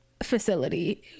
facility